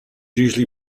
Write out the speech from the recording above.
usually